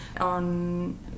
on